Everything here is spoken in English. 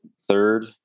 Third